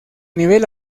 nivel